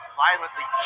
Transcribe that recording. violently